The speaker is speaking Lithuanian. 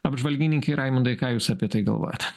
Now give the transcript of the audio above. apžvalgininkai raimundui ką jūs apie tai galvojat